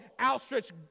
outstretched